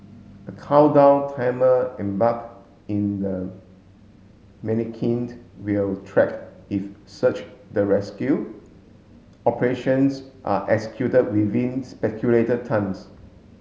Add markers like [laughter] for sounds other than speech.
a countdown timer embarked in the manikin will track if search the rescue operations are executed within [unintelligible] times